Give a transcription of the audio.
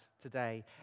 today